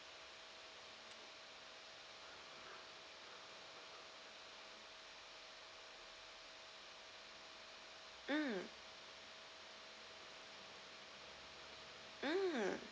mm mm